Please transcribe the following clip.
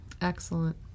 Excellent